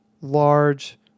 large